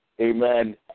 Amen